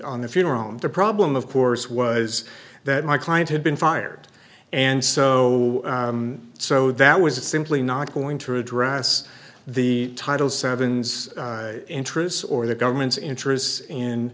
on the funeral and the problem of course was that my client had been fired and so so that was a simply not going to address the title seven's interests or the government's interests in